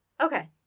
Okay